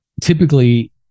Typically